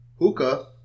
Hookah